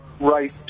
right